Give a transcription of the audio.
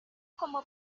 como